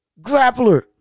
grappler